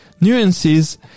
nuances